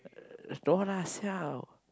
uh no lah siao